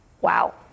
wow